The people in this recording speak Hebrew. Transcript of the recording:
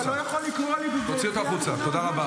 אתה לא יכול לקרוא אותי קריאה ראשונה בזמן שלי על הדוכן.